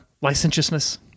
licentiousness